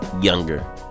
younger